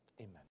Amen